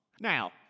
Now